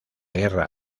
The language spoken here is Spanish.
guerra